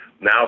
Now